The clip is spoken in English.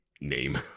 name